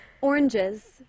Oranges